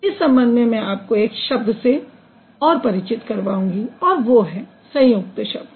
इस संबंध में मैं आपको एक शब्द से और परिचित करवाऊँगी और वो है संयुक्त शब्द